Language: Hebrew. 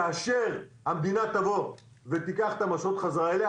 כאשר המדינה תבוא ותיקח את המושכות חזרה אליה,